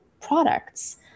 products